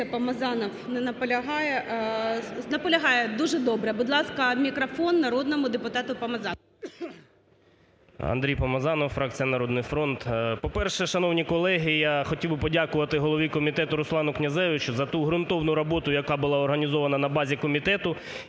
Андрій Помазанов, фракція "Народний фронт".